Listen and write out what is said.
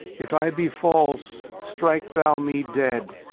if i be false, strike thou me dead!